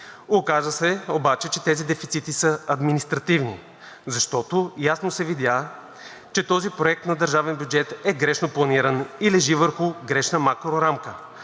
Оказа се обаче, че тези дефицити са административни, защото ясно се видя, че този Проект на държавен бюджет е грешно планиран и лежи върху грешна макрорамка.